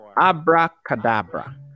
abracadabra